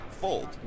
fold